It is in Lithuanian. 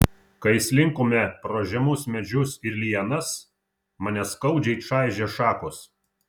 kai slinkome pro žemus medžius ir lianas mane skaudžiai čaižė šakos